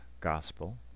Gospel